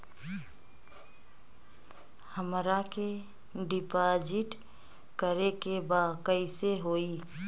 हमरा के डिपाजिट करे के बा कईसे होई?